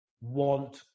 want